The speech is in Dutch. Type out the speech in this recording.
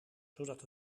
zodat